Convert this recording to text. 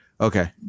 okay